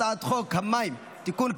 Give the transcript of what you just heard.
הצעת חוק המים (תיקון,